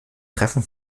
treffen